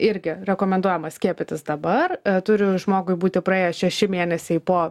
irgi rekomenduojama skiepytis dabar turi žmogui būti praėję šeši mėnesiai po